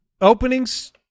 openings